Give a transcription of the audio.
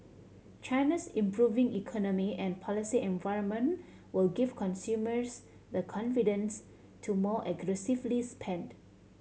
China's improving economy and policy environment will give consumers the confidence to more aggressively spend